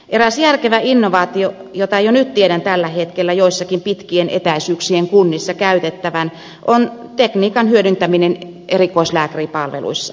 eräs järkevä innovaatio jota jo nyt tiedän tällä hetkellä joissakin pitkien etäisyyksien kunnissa käytettävän on tekniikan hyödyntäminen erikoislääkäripalveluissa